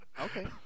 Okay